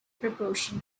proportion